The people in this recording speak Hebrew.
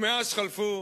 מאז חלפו